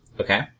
Okay